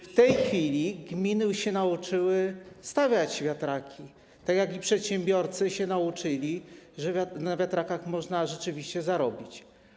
W tej chwili gminy już się nauczyły stawiać wiatraki, tak jak i przedsiębiorcy się nauczyli, że na wiatrakach można rzeczywiście zarobić.